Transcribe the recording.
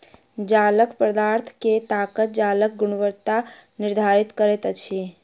जालक पदार्थ के ताकत जालक गुणवत्ता निर्धारित करैत अछि